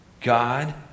God